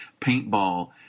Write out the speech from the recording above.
paintball